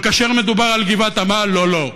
אבל כאשר מדובר על גבעת עמל לא, לא,